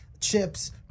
chips